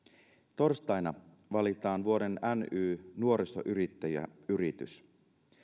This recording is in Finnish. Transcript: torstaina valitaan vuoden ny nuorisoyrittäjäyritys